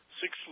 Six